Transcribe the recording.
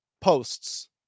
posts